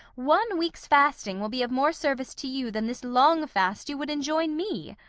one week's fasting will be of more service to you than this long fast you would enjoin me.